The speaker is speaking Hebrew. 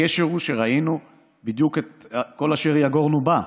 הקשר הוא שראינו שבדיוק כל אשר יגורנו בא.